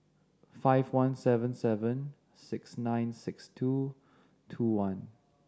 five one seven seven six nine six two two one